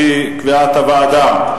כפי קביעת הוועדה,